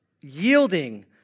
yielding